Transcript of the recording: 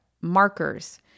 markers